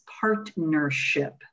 partnership